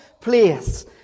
place